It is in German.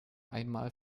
einmal